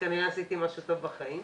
כנראה עשיתי משהו טוב בחיים.